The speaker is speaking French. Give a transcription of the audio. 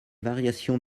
variations